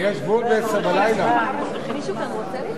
לא שומעים אותך, משה.